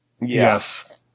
Yes